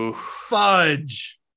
Fudge